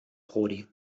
prodi